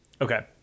Okay